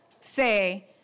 say